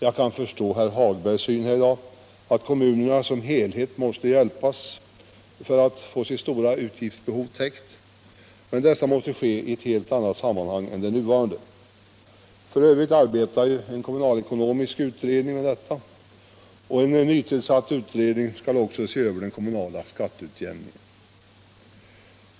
Jag kan förstå herr Hagbergs i Borlänge syn att kommunerna som helhet måste hjälpas att få sitt stora utgiftsbehov täckt, men detta måste ske i ett helt annat sammanhang än det föreliggande. Fö. arbetar en kommunalekonomisk utredning med detta, och en nytillsatt utredning skall också se över den kommunala skatteutjämningen.